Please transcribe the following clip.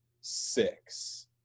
six